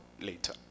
later